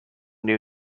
new